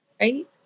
right